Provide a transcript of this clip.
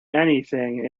anything